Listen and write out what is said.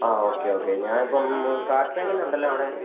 ആ okay okay ഞാൻ ഇപ്പം കാർഡ് പേയ്മെൻറ്റുണ്ടല്ലോ അവിടെ